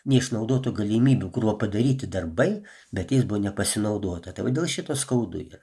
neišnaudotų galimybių kur va padaryti darbai bet jais buvo nepasinaudota dėl šito skaudu yra